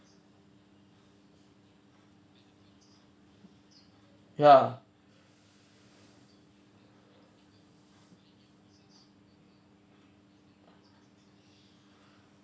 ya